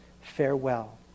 farewell